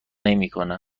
نمیکنه